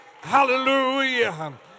hallelujah